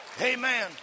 Amen